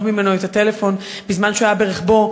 ממנו את הטלפון בזמן שהוא היה ברכבו,